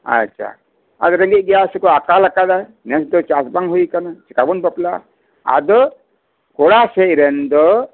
ᱟᱪᱪᱷᱟ ᱟᱫᱚ ᱨᱮᱜᱮᱡᱽ ᱥᱮᱠᱚ ᱟᱠᱟᱞ ᱟᱠᱟᱫᱟᱭ ᱱᱮᱥ ᱫᱚ ᱪᱟᱥ ᱵᱟᱝ ᱦᱩᱭ ᱟᱠᱟᱱᱟ ᱪᱮᱠᱟ ᱵᱚᱱ ᱵᱟᱯᱞᱟᱜᱼᱟ ᱟᱫᱚ ᱠᱚᱲᱟ ᱥᱮᱫ ᱨᱮᱱ ᱫᱚ